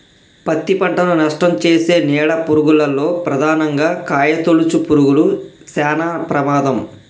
పత్తి పంటను నష్టంచేసే నీడ పురుగుల్లో ప్రధానంగా కాయతొలుచు పురుగులు శానా ప్రమాదం